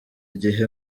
igihe